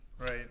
Right